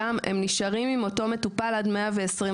נשארים עם אותו מטפל עד 120,